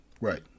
Right